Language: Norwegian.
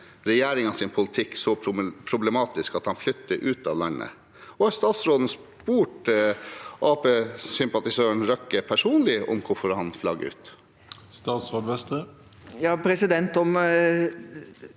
regjeringens politikk så problematisk at han flytter ut av landet? Og har statsråden spurt Arbeiderparti-sympatisøren Røkke personlig om hvorfor han flagger ut? Statsråd Jan Christian